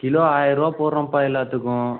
kilo ஆயருபா போடுறோம்ப்பா எல்லாற்றுக்கும்